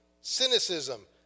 cynicism